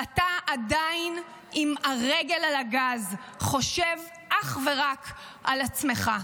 ואתה עדיין עם הרגל על הגז, חושב אך ורק על עצמך.